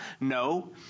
No